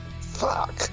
Fuck